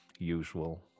usual